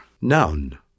Noun